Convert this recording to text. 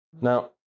Now